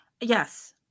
Yes